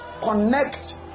connect